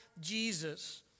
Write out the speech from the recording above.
Jesus